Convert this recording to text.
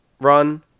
run